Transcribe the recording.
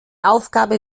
aufgabe